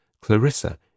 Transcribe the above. Clarissa